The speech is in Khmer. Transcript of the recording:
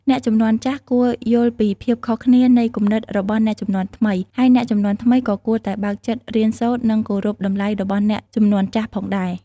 អ្នកជំនាន់ចាស់គួរយល់ពីភាពខុសគ្នានៃគំនិតរបស់អ្នកជំនាន់ថ្មី ហើយអ្នកជំនាន់ថ្មីក៏គួរតែបើកចិត្តរៀនសូត្រ និងគោរពតម្លៃរបស់អ្នកជំនាន់ចាស់ផងដែរ។